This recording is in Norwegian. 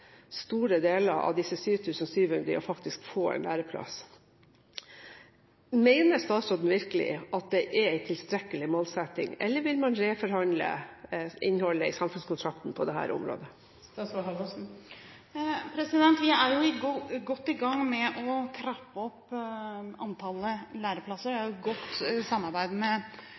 store deler av disse 7 700 faktisk får en læreplass. Mener statsråden virkelig at det er en tilstrekkelig målsetting, eller vil man reforhandle innholdet i samfunnskontrakten på dette området? Vi er godt i gang med å trappe opp antallet læreplasser. Jeg har et godt samarbeid med